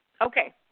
Okay